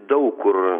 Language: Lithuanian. daug kur